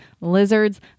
lizards